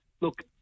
look